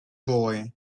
boy